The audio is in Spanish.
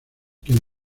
quien